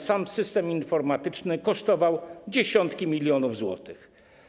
Sam system informatyczny kosztował dziesiątki milionów złotych.